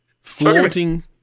flaunting